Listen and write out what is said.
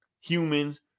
Humans